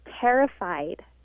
terrified